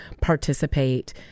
participate